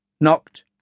Knocked